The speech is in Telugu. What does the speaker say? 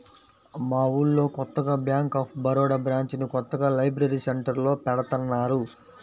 మా ఊళ్ళో కొత్తగా బ్యేంక్ ఆఫ్ బరోడా బ్రాంచిని కొత్తగా లైబ్రరీ సెంటర్లో పెడతన్నారు